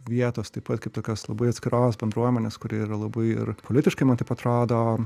vietos taip pat kaip tokios labai atskiros bendruomenės kuri yra labai ir politiškai man taip atrodo